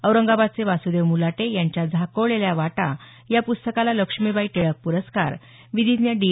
औरंगाबादचे वासुदेव मुलाटे यांच्या झाकोळलेल्या वाटा या प्स्तकाला लक्ष्मीबाई टिळक प्रस्कार विधीज्ञ डी